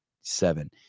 seven